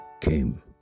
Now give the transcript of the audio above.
came